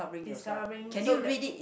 discovering so that